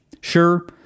Sure